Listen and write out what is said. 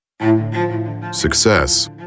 Success